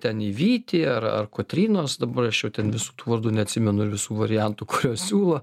ten į vytį ar ar kotrynos dabar aš jau ten visų tų vardų neatsimenu ir visų variantų kuriuos siūlo